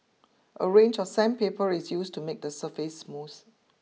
a range of sandpaper is used to make the surface smooth